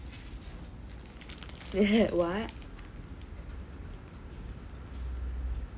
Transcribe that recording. like that what